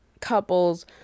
couples